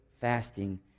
fasting